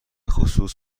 خصوص